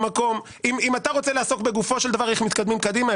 אם אתה רוצה לעסוק בגופו של דבר ולראות איך מתקדמים קדימה,